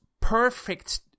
perfect